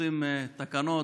כשעושים תקנות,